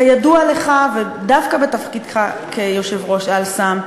כידוע לך, דווקא מתפקידך כיושב-ראש "אל-סם",